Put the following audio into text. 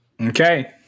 Okay